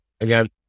again